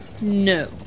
No